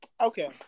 Okay